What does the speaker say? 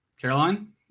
Caroline